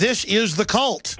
this is the cult